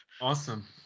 awesome